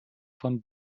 von